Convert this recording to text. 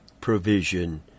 provision